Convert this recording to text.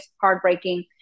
heartbreaking